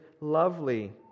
lovely